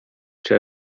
czy